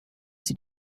sie